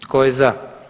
Tko je za?